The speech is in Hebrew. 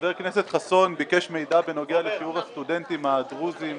זה כולל רק את המועצות האזוריות.